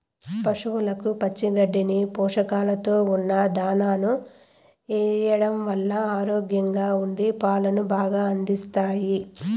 పసవులకు పచ్చి గడ్డిని, పోషకాలతో ఉన్న దానాను ఎయ్యడం వల్ల ఆరోగ్యంగా ఉండి పాలను బాగా అందిస్తాయి